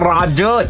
Raja